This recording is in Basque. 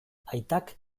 aitak